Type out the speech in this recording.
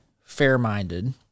fair-minded